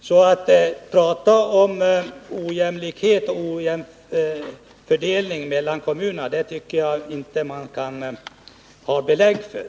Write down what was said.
Jag tycker alltså inte att det när det gäller utskottsmajoritetens förslag finns belägg för talet om ojämlikhet och ojämn fördelning mellan kommunerna.